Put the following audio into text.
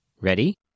Ready